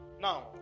Now